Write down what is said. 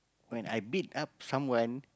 when I beat up someone